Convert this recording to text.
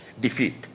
defeat